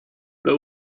but